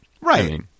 Right